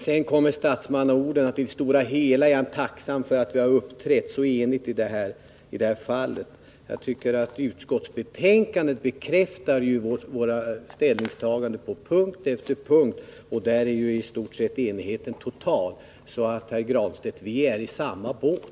Sedan kommer statsmannaorden: I det stora hela är han tacksam för att vi uppträtt så enigt i det här fallet. Utskottsbetänkandet bekräftar vårt ställningstagande på punkt efter punkt, och där är ju enigheten i stort sett total. Vi är, Pär Granstedt, i samma båt.